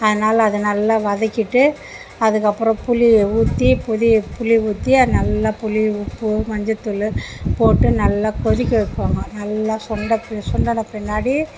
அதனால் அதை நல்லா வதக்கிவிட்டு அதுக்கப்புறம் புளியை ஊற்றி புதி புளி ஊற்றி அது நல்லா புளி உப்பு மஞ்சள் தூள் போட்டு நல்லா கொதிக்க வைப்பாங்க நல்லா சுண்ட சுண்டின பின்னாடி